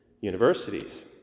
universities